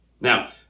Now